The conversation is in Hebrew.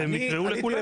הם יקראו לכולם.